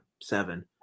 seven